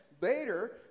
later